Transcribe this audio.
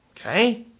okay